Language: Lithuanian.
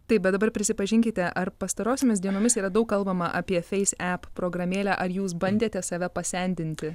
taip bet dabar prisipažinkite ar pastarosiomis dienomis yra daug kalbama apie feis ep programėlę ar jūs bandėte save pasendinti